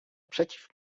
przeciw